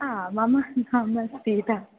हा मम नाम श्वेता